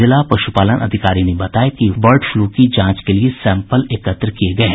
जिला पशुपालन अधिकारी ने बताया कि बर्ड फ्लू की जांच के लिये सैंपल एकत्र किये गये हैं